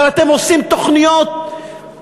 אבל אתם עושים תוכניות מנוונות,